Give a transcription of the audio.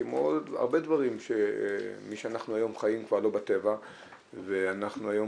כמו הרבה דברים משאנחנו היום חיים כבר לא בטבע ואנחנו היום